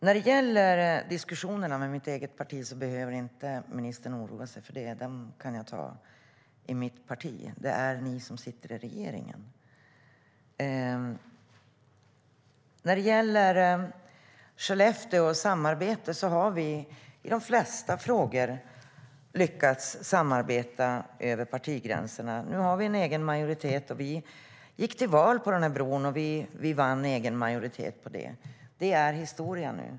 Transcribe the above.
Fru talman! Ministern behöver inte oroa sig för diskussionerna med mitt parti. Dem kan jag ta där. Det är ni som sitter i regeringen. I Skellefteå har vi lyckats samarbeta över partgränserna i de flesta frågor. Nu har vi egen majoritet. Vi gick till val på bron, och vi vann. Det är historia.